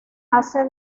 hace